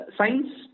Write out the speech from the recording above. science